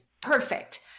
perfect